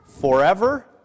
forever